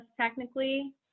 technically